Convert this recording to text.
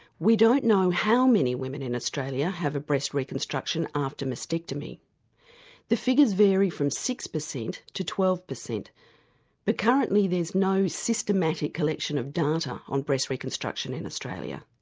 we don't know how many women in australia have a breast reconstruction after mastectomy. the figures vary from six percent to twelve percent percent but currently there's no systematic collection of data on breast reconstruction in australia.